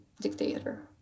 dictator